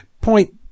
point